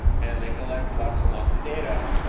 and they collect lots and lots of data.